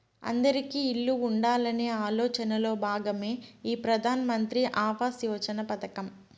అందిరికీ ఇల్లు ఉండాలనే ఆలోచనలో భాగమే ఈ ప్రధాన్ మంత్రి ఆవాస్ యోజన పథకం